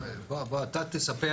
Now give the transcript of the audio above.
בוא, אתה תספר.